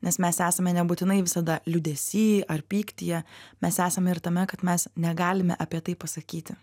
nes mes esame nebūtinai visada liūdesy ar pyktyje mes esame ir tame kad mes negalime apie tai pasakyti